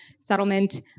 settlement